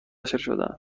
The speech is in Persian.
شدند